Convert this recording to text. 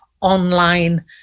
online